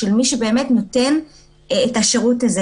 של מי שבאמת נותן את השירות הזה.